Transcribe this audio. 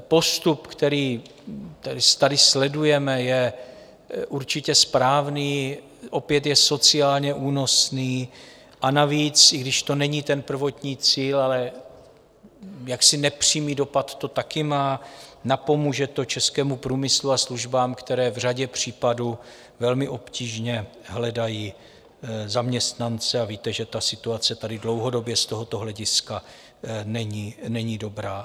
Postup, který tady sledujeme, je určitě správný, opět je sociálně únosný, a navíc, i když to není ten prvotní cíl, ale nepřímý dopad to také má, napomůže to českému průmyslu a službám, které v řadě případů velmi obtížně hledají zaměstnance, a víte, že situace tady dlouhodobě z tohoto hlediska není dobrá.